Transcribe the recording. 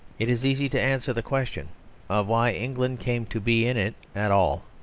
it is easy to answer the question of why england came to be in it at all,